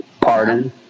Pardon